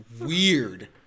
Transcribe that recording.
weird